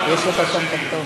יש משהו ירוק שם.